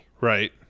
Right